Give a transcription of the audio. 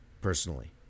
personally